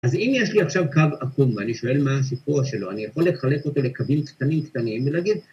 ‫אז אם יש לי עכשיו קו עקום ‫ואני שואל מה השיפור שלו, ‫אני יכול לחלק אותו ‫לקווים קטנים-קטנים ולהגיד...